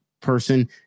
person